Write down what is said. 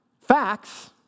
facts